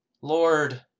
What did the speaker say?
Lord